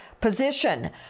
position